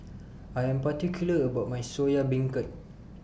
I Am particular about My Soya Beancurd